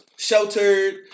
Sheltered